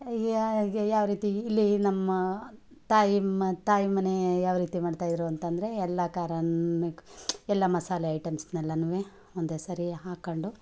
ಯಾ ಈಗ ಯಾವ ರೀತಿ ಇಲ್ಲಿ ನಮ್ಮ ತಾಯಿ ಮ ತಾಯಿ ಮನೆ ಯಾವ ರೀತಿ ಮಾಡ್ತಾಯಿದ್ದರು ಅಂತ ಅಂದರೆ ಎಲ್ಲಾ ಖಾರನು ಮಿಕ್ಕ ಎಲ್ಲಾ ಮಸಾಲೆ ಐಟಮ್ಸನೆಲ್ಲನು ಒಂದೇ ಸರಿ ಹಾಕ್ಕೊಂಡು